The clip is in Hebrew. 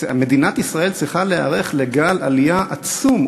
מדינת ישראל צריכה להיערך לגל עלייה עצום,